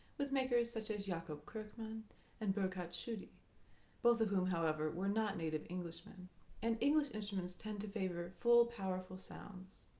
with makers such as jacob kirckman and burkat shudi both of whom, however, were not native englishmen and english instruments tend to favor full powerful sounds.